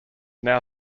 now